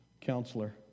counselor